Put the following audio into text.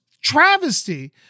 travesty